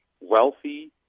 wealthy